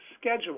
schedule